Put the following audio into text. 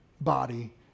body